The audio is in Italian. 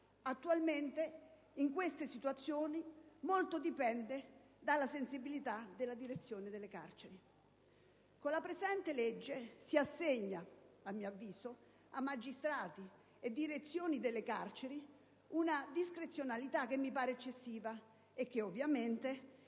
Attualmente, in queste situazioni, molto dipende dalla sensibilità delle direzioni carcerarie. Con la presente legge si assegna a magistrati e direzioni delle carceri una discrezionalità che, a mio avviso, è eccessiva, e che, ovviamente,